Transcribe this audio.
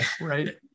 right